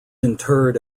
interred